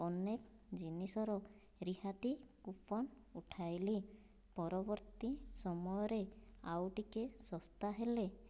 ଅନେକ ଜିନିଷର ରିହାତି କୁପନ ଉଠାଇଲି ପରବର୍ତ୍ତୀ ସମୟରେ ଆଉ ଟିକିଏ ଶସ୍ତା ହେଲେ